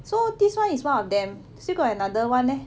so this one is one of them still got another one leh